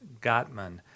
gottman